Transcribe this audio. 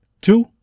two